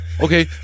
okay